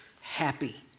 happy